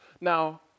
Now